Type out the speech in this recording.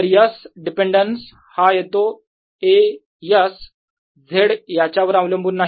तर S dependence हा येतो A S Z याच्या वर अवलंबून नाही